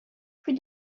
plus